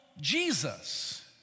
Jesus